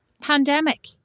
Pandemic